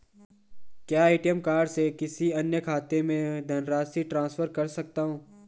क्या ATM card से किसी अन्य खाते में धनराशि ट्रांसफर कर सकता हूँ?